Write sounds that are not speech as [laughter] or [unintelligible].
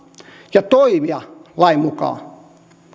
ja toimia [unintelligible] lain mukaan